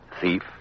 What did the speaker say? Thief